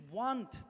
want